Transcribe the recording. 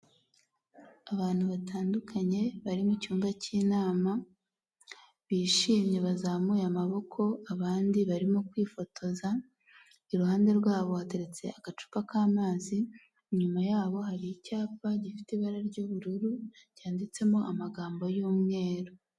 Abantu batandukanye bari mucyumba cy'inama, bishimye bazamuye amaboko abandi barimo kwifotoza, iruhande rwabo bateretse agacupa k'amazi, inyuma yabo hari icyapa gifite ibara ry'ubururu cyanditsemo amagambo yumweru.